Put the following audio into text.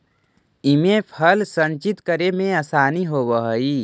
इमे फल संचित करे में आसानी होवऽ हई